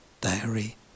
diary